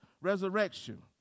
resurrection